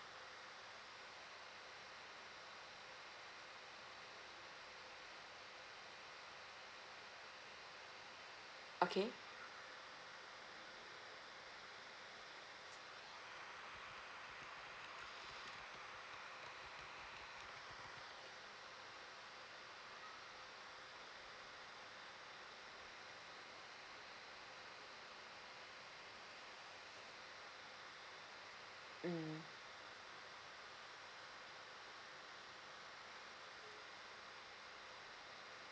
okay mm mm